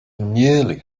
nearly